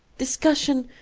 discussion,